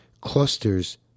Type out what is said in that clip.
clusters